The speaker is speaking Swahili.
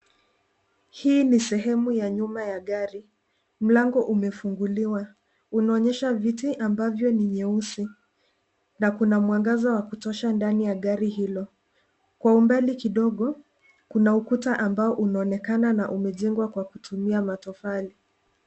Hii ni sehemu ya nyuma ya gari. Mlango umefunguliwa, unaonyesha viti ambavyo ni vyeusi, na kuna mwangaza wa kutosha ndani ya gari hilo. Kwa umbali kidogo, kuna ukuta ambao unaoonekana na umejengwa kwa kutumia matofali.